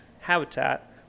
habitat